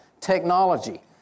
technology